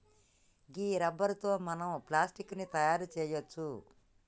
గీ rubber తో మనం plastic ని తయారు చేయవచ్చు